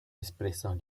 expressão